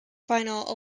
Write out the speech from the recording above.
final